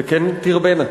וכן תרבינה.